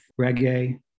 reggae